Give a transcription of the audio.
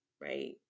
right